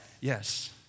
Yes